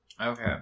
Okay